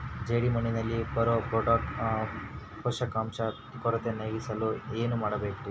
ಜೇಡಿಮಣ್ಣಿನಲ್ಲಿ ಬರೋ ಪೋಷಕಾಂಶ ಕೊರತೆ ನೇಗಿಸಲು ಏನು ಮಾಡಬೇಕರಿ?